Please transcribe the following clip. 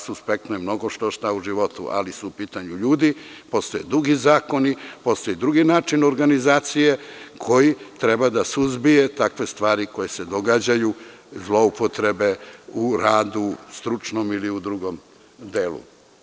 Suspektno je mnogo što-šta u životu, ali su u pitanju ljudi, postoje drugi zakoni, postoji i drugi način organizacije koji treba da suzbije takve stvari koje se događaju, zloupotrebe u radu ili u drugom delu.